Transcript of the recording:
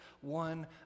one